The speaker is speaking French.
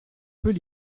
peut